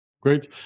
Great